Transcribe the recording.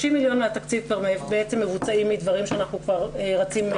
30 מיליון מהתקציב כבר בעצם מבוצעים מדברים שאנחנו כבר רצים משנה קודמת.